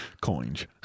coins